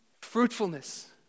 fruitfulness